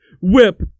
Whip